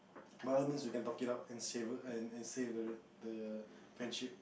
by all means we can talk it out and saviour and save the the friendship